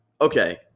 Okay